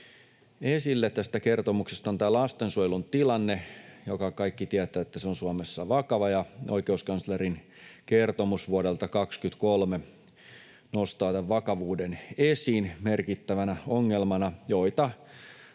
esille tästä kertomuksesta, on tämä lastensuojelun tilanne, josta kaikki tietävät, että se on Suomessa vakava. Oikeuskanslerin kertomus vuodelta 23 nostaa tämän vakavuuden esiin merkittävänä ongelmana, jota